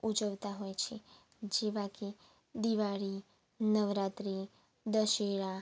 ઉજવતા હોય છે જેવા કે દિવાળી નવરાત્રિ દશેરા